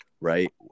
right